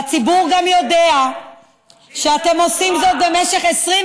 והציבור גם יודע שאתם עושים זאת במשך 22